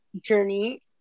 journey